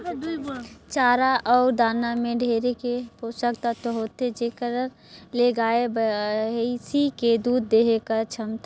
चारा अउ दाना में ढेरे के पोसक तत्व होथे जेखर ले गाय, भइसी के दूद देहे कर छमता हर बायड़ जाथे